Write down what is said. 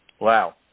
Wow